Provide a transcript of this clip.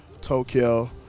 Tokyo